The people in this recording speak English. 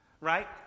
right